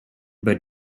but